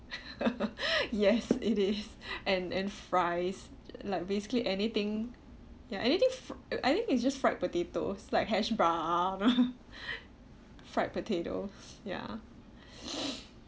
yes it is and and fries like basically anything ya anything fr~ I think it's just fried potatoes like hash brown fried potatoes ya